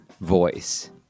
voice